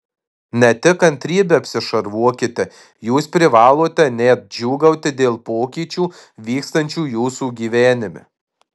ne tik kantrybe apsišarvuokite jūs privalote net džiūgauti dėl pokyčių vykstančių jūsų gyvenime